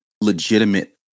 legitimate